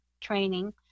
training